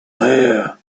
here